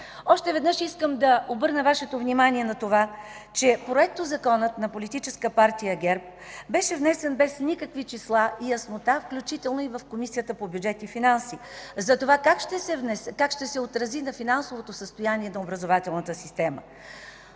Още веднъж искам да обърна Вашето внимание на това, че Проектозаконът на Политическа партия ГЕРБ беше внесен без никакви числа и яснота, включително и в Комисията по бюджет и финанси, затова как ще се отрази на финансовото състояние на образователната система.